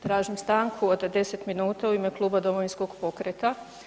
Tražim stanku od 10 minuta u ime kluba Domovinskog pokreta.